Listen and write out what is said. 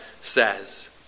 says